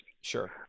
Sure